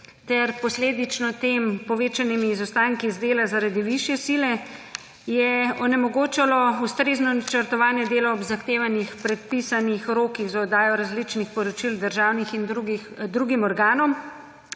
ter posledično tem povečanimi izostanki iz dela, zaradi višje sile je onemogočalo ustrezno načrtovanje delo ob zahtevanih predpisanih rokih za oddajo različnih poročil državnih in drugim organom,